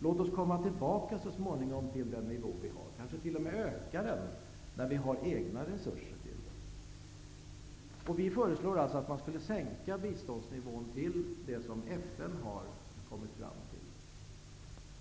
Låt oss så småningom komma tillbaka till den nivå vi har i dag och kanske t.o.m. öka den när vi har egna resurser till det. Vi i Ny demokrati föreslår också att biståndsnivån skall sänkas till den som FN har kommit fram till,